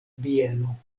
bieno